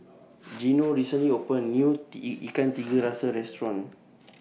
Gino recently opened A New Ikan Tiga Rasa Restaurant